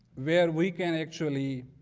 where we can actually